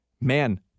Man